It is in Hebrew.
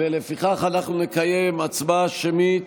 ולפיכך נקיים הצבעה שמית